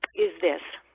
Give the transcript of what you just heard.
is this.